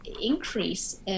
increase